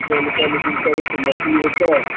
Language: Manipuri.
ꯍꯣꯏ ꯂꯨꯄꯥ ꯂꯤꯁꯤꯡ ꯇꯔꯨꯛ ꯀꯨꯝꯕ ꯄꯤꯕ ꯀꯣ